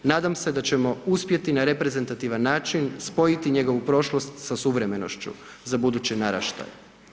Nadam se da ćemo uspjeti na reprezentativan način spojiti njegovu prošlost sa suvremenošću za buduće naraštaje.